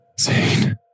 Zane